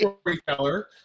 Storyteller